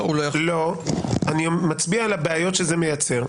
אני מצביע על הבעיות שזה מייצר.